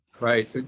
Right